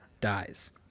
dies